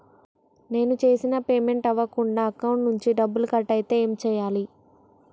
నేను చేసిన పేమెంట్ అవ్వకుండా అకౌంట్ నుంచి డబ్బులు కట్ అయితే ఏం చేయాలి?